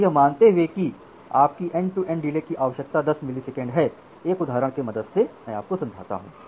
तो यह मानते हुए कि आपकी एंड टू एंड डिले की आवश्यकता 10 मिलीसेकंड है एक उदाहरण की मदद से समझाता हूं